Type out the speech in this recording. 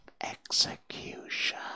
execution